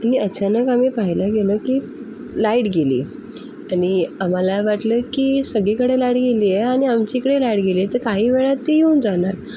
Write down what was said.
आणि अचानक आम्ही पाहिला गेलो की लाईट गेली आणि आम्हाला वाटले की सगळीकडे लाईट गेली आहे आणि आमच्याकडे लाईट गेली तर काही वेळात ती येऊन जाणार